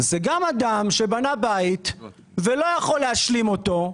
זה גם על אדם שבנה בית ולא יכול להשלים אותו;